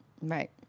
Right